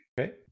Okay